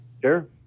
Sure